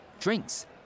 drinks